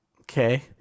Okay